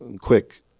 quick